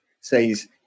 says